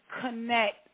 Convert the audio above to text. connect